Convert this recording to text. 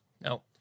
No